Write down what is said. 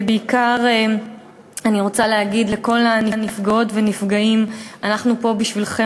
ובעיקר אני רוצה להגיד לכל הנפגעות והנפגעים: אנחנו פה בשבילכם.